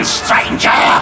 stranger